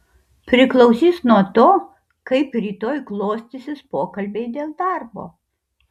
priklausys nuo to kaip rytoj klostysis pokalbiai dėl darbo